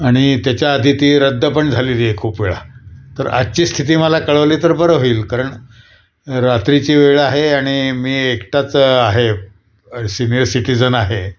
आणि त्याच्याआधी ती रद्द पण झालेली आहे खूप वेळा तर आजची स्थिती मला कळवली तर बरं होईल कारण रात्रीची वेळ आहे आणि मी एकटाच आहे सिनियर सिटीजन आहे